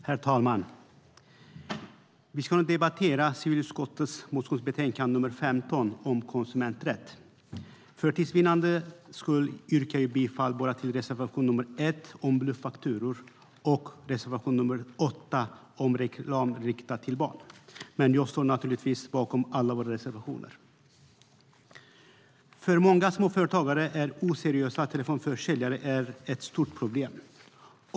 Herr talman! Vi ska nu debattera civilutskottets motionsbetänkande nr 15 om konsumenträtt. För tids vinnande yrkar jag bifall bara till reservation nr 1 om bluffakturor och reservation nr 8 om reklam riktad till barn, men jag står naturligtvis bakom alla våra reservationer. För många småföretagare är oseriösa telefonförsäljare ett stort problem.